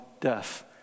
death